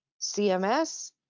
CMS